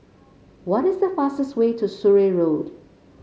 what is the fastest way to Surrey Road